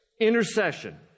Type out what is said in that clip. intercession